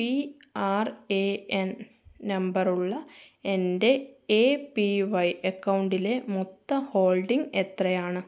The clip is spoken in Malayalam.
പി ആർ ഏ എൻ നമ്പറുള്ള എൻ്റെ എ പി വൈ അക്കൗണ്ടിലെ മൊത്തം ഹോൾഡിംഗ് എത്രയാണ്